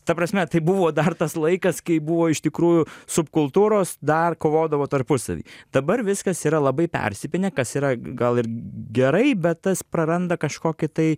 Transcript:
ta prasme tai buvo dar tas laikas kai buvo iš tikrųjų subkultūros dar kovodavo tarpusavy dabar viskas yra labai persipynę kas yra gal ir gerai bet tas praranda kažkokį tai